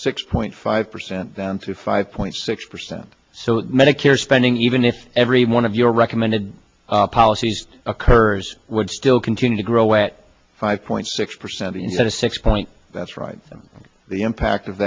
six point five percent down to five point six percent so medicare spending even if every one of your recommended policies occurs would still continue to grow at five point six percent instead of six point that's right the impact of